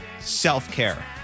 self-care